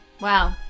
Wow